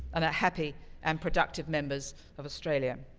and are happy and productive members of australia.